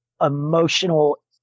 emotional